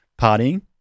partying